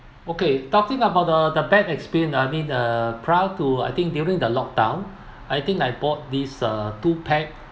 okay talking about the the bad experience uh I mean uh prior to I think during the lock down I think I bought this uh two pack